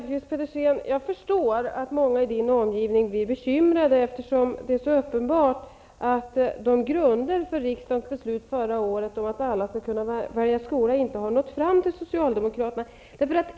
Herr talman! Jag förstår att många i Ewa Hedkvist Petersens omgivning blir bekymrade, eftersom det är så uppenbart att grunderna för riksdagens beslut förra året om att alla skall kunna välja skola inte har nått fram till socialdemokraterna.